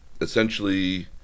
essentially